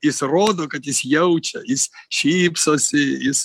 jis rodo kad jis jaučia jis šypsosi jis